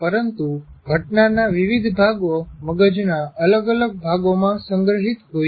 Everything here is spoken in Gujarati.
પરંતુ ઘટનાના વિવિધ ભાગો મગજના અલગ અલગ ભાગોમાં સંગ્રહિત હોય છે